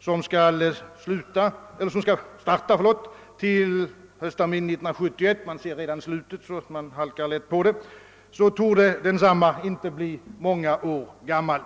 som skall starta höstterminen 1971, torde denna gymnasieskola inte bli många år gammal.